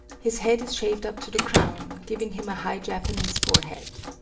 his head is shaved up to the crown, giving him a high japanese forehead.